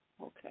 Okay